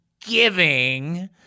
giving